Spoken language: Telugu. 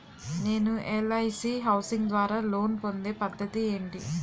నేను ఎల్.ఐ.సి హౌసింగ్ ద్వారా లోన్ పొందే పద్ధతి ఏంటి?